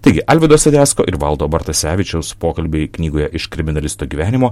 taigi alvydo sadecko ir valdo bartasevičiaus pokalbiai knygoje iš kriminalisto gyvenimo